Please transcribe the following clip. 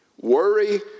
worry